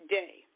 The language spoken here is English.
day